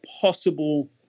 possible